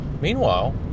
Meanwhile